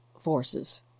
forces